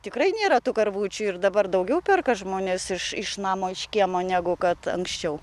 tikrai nėra tų karvučių ir dabar daugiau perka žmonės iš iš namo iš kiemo negu kad anksčiau